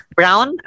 brown